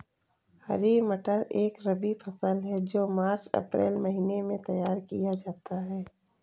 हरी मटर एक रबी फसल है जो मार्च अप्रैल महिने में तैयार किया जाता है